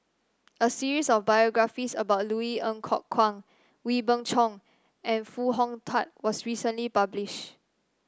a series of biographies about Louis Ng Kok Kwang Wee Beng Chong and Foo Hong Tatt was recently publish